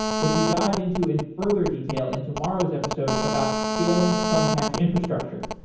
which we dive into in further detail in tomorrow's episode about scaling thumbtack's infrastructure,